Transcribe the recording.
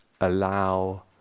allow